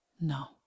No